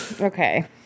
Okay